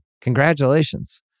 Congratulations